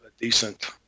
decent